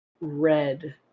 red